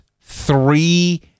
three